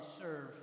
serve